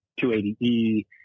280E